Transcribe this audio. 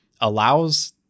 allows